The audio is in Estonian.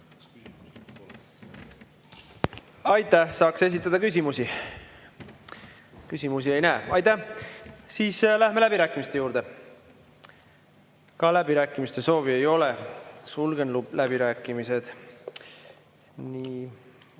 Aitäh! Saaks esitada küsimusi. Küsimusi ei näe. Siis läheme läbirääkimiste juurde. Ka läbirääkimiste soovi ei ole, sulgen läbirääkimised.